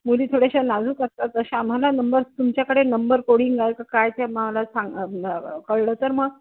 मुली थोडेशा नाजूक असतात तसं आम्हाला नंबर तुमच्याकडे नंबर कोड जा का काय ते मला सांग कळलं तर मग